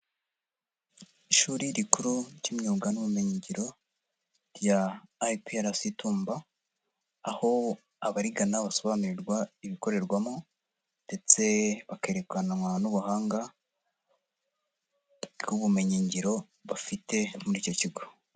Ishuri rikuru ry'imyuga n'ubumenyigiro, rya IPRS Tumba. Aho abarigana basobanurirwa ibikorerwamo, ndetse bakerekanwa n'ubuhanga. Bw'ubumenyingiro bafite muri icyo kigo.